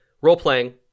role-playing